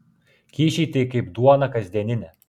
kyšiai tai kaip duona kasdieninė